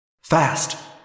Fast